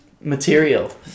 material